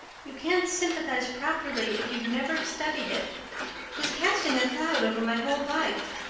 you can't sympathize properly if you've never studied it. it is casting a cloud over my whole life.